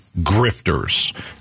grifters